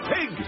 Pig